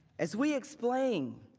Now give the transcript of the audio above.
as we explain,